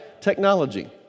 technology